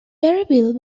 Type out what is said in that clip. berryville